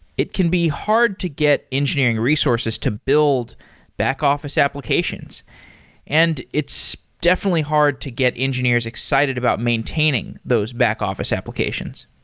it can be hard to get engineering resources to build back-office applications and it's definitely hard to get engineers excited about maintaining those back-office applications.